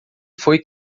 foi